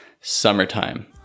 Summertime